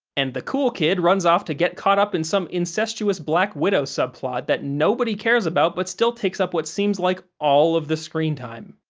and the cool kid runs off to get caught up in some incestuous black widow sub-plot that nobody cares about but still takes up what seems like all of the screen time.